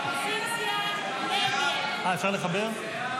סעיף 10 נתקבל.